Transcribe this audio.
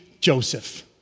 Joseph